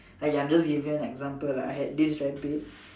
!aiya! I'm just giving you an example lah I had this rabbit